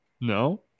No